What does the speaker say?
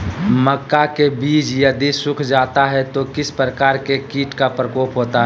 मक्का के बिज यदि सुख जाता है तो किस प्रकार के कीट का प्रकोप होता है?